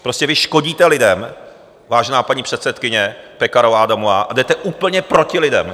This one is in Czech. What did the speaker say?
Prostě vy škodíte lidem, vážená paní předsedkyně Pekarová Adamová, a jdete úplně proti lidem.